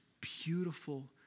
beautiful